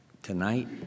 Tonight